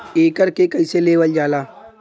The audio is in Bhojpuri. एकरके कईसे लेवल जाला?